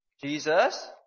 Jesus